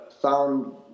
found